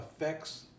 affects